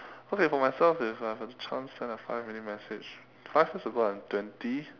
okay for myself if I have a chance to send a five minute message five years ago I was twenty